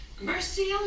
Mercy